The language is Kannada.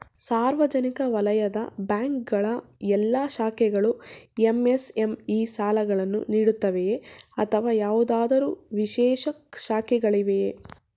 ಸಾರ್ವಜನಿಕ ವಲಯದ ಬ್ಯಾಂಕ್ ಗಳ ಎಲ್ಲಾ ಶಾಖೆಗಳು ಎಂ.ಎಸ್.ಎಂ.ಇ ಸಾಲಗಳನ್ನು ನೀಡುತ್ತವೆಯೇ ಅಥವಾ ಯಾವುದಾದರು ವಿಶೇಷ ಶಾಖೆಗಳಿವೆಯೇ?